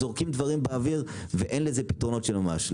זורקים דברים באוויר ואין לזה פתרונות של ממש.